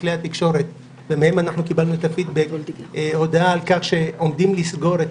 לכלי התקשורת ומהם קיבלנו את הפי דבק הודעה על כך שעומדים לסגור את